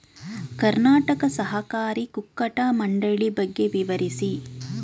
ಕರ್ನಾಟಕ ಸಹಕಾರಿ ಕುಕ್ಕಟ ಮಂಡಳಿ ಬಗ್ಗೆ ವಿವರಿಸಿ?